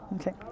Okay